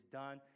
done